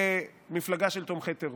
למפלגה של תומכי טרור.